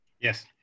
Yes